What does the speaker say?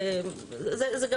גם